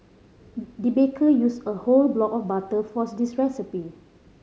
the baker used a whole block of butter for this recipe